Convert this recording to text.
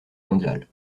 mondiale